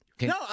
No